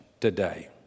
today